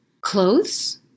clothes